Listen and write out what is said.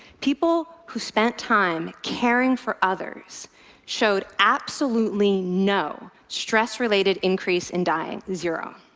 people who spent time caring for others showed absolutely no stress-related increase in dying. zero.